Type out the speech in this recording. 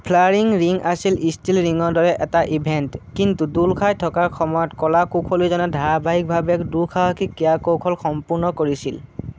ফ্লাৰিং ring আছিল still ৰিঙৰ দৰে এটা ইভেণ্ট কিন্তু দোল খাই থকাৰ সময়ত কলা কুশলীজনে ধাৰাবাহিকভাৱে দুঃসাহসিক ক্ৰীয়া কৌশল সম্পূৰ্ণ কৰিছিল